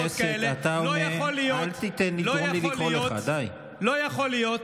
לא יכול להיות, אני לא פונה אליך.